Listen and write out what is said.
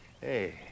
Hey